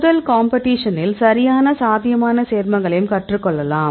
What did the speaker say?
முதல் காம்பெட்டிஷனில் சரியான சாத்தியமான சேர்மங்களையும் கற்றுக் கொள்ளலாம்